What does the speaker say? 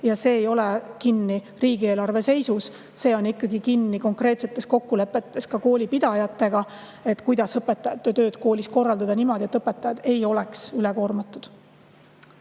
ja see ei ole kinni riigieelarve seisus. See on ikkagi kinni konkreetsetes kokkulepetes ka koolipidajatega, kuidas õpetajate tööd koolis korraldada niimoodi, et õpetajad ei oleks ülekoormatud.